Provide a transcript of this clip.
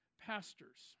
pastors